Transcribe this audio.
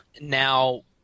now